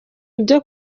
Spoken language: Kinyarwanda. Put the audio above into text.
ibyo